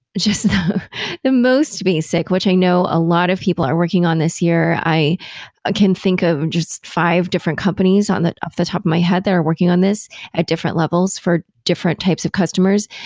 just though the most basic, which i know a lot of people are working on this year, i ah can think of just five different companies on the the top of my head that are working on this at different levels for different types of customers,